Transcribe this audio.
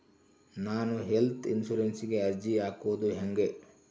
ನಾನು ಹೆಲ್ತ್ ಇನ್ಸುರೆನ್ಸಿಗೆ ಅರ್ಜಿ ಹಾಕದು ಹೆಂಗ?